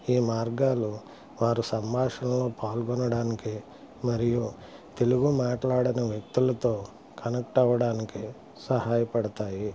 ఈ మార్గాలు వారి సంభాషణలో పాల్గొనడానికి మరియు తెలుగు మాట్లాడని వ్యక్తులతో కనెక్ట్ అవ్వడానికి సహాయపడతాయి